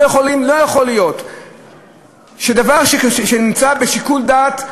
לא יכול להיות שדבר שנמצא בשיקול דעת,